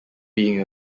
being